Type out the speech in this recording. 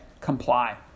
comply